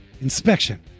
inspection